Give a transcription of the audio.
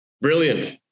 Brilliant